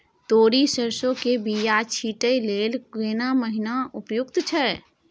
तोरी, सरसो के बीया छींटै लेल केना महीना उपयुक्त छै?